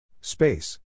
Space